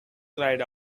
cried